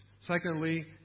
Secondly